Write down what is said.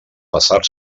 passar